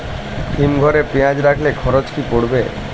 হিম ঘরে পেঁয়াজ রাখলে খরচ কি পড়বে?